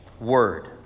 word